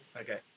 Okay